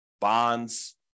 bonds